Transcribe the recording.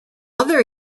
other